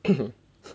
mmhmm